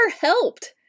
helped